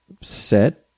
set